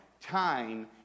time